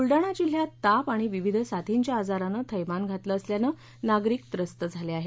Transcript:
ब्लडाणा जिल्हयात तापआणि विविध साथींच्या आजारानं थैमान घातलं असल्याने नागरीक त्रस्त झाले आहेत